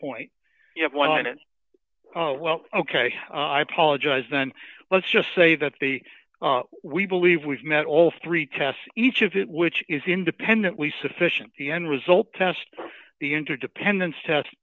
point you have wanted well ok i apologize then let's just say that the we believe we've met all three tests each of it which is independently sufficient the end result test the interdependence test